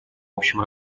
общем